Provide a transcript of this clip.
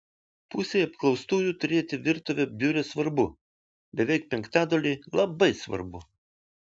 pusei apklaustųjų turėti virtuvę biure svarbu beveik penktadaliui labai svarbu